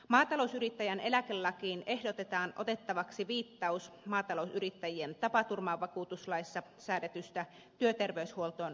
maatalousyrittäjän eläkelakiin ehdotetaan otettavaksi viittaus maatalousyrittäjien tapaturmavakuutuslaissa säädetystä työterveyshuoltoon liittyvästä tehtävästä